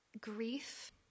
grief